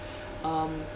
um